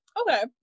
Okay